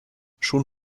schon